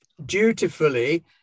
Dutifully